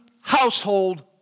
household